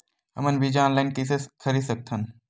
हमन बीजा ऑनलाइन कइसे खरीद सकथन?